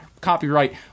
copyright